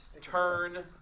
turn